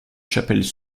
chapelles